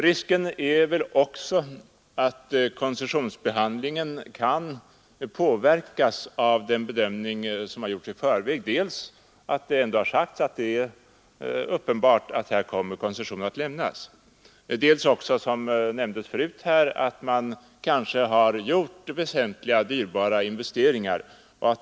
Det är väl också en risk för att koncessionsbehandlingen kan påverkas av den bedömning som har gjorts i förväg, antingen på grund av att ett igångsättningstillstånd ändå förutsätter att man ansett det som uppenbart att koncession kommer att lämnas eller, som nämnts förut, att det kanske gjorts väsentliga och dyrbara investeringar i företaget.